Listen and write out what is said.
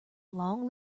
long